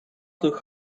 too